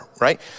right